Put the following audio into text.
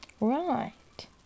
Right